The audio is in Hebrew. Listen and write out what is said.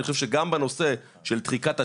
אני חושב שגם בנושא של דחיקת התלות,